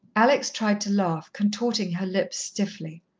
alex tried to laugh, contorting her lips stiffly.